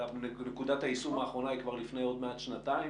אבל נקודת היישום האחרונה היא כבר לפני עוד מעט שנתיים.